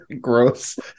Gross